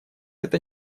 это